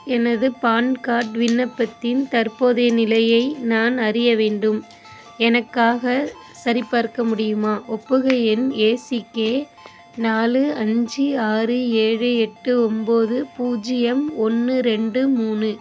எனது PAN card விண்ணப்பத்தின் தற்போதைய நிலையை நான் அறிய வேண்டும் எனக்காக சரிபார்க்க முடியுமா ஒப்புகை எண் ஏ சி கே நாலு அஞ்சு ஆறு ஏழு எட்டு ஒம்போது பூஜ்ஜியம் ஒன்று ரெண்டு மூணு